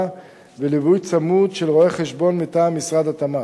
ובליווי צמוד של רואי-חשבון מטעם משרד התמ"ת.